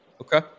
Okay